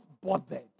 bothered